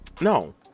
no